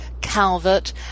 Calvert